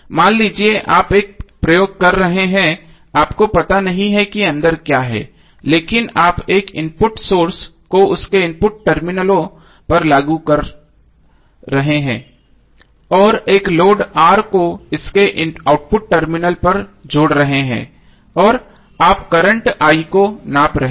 मान लीजिए आप एक प्रयोग कर रहे हैं आपको पता नहीं है कि अंदर क्या है लेकिन आप एक इनपुट सोर्स को उसके इनपुट टर्मिनलों पर लागू कर रहे हैं और एक लोड R को इसके आउटपुट टर्मिनल पर जोड़ रहे हैं और आप करंट को नाप रहे हैं